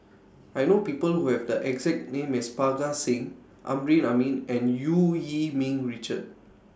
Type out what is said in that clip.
I know People Who Have The exact name as Parga Singh Amrin Amin and EU Yee Ming Richard